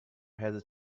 has